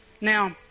Now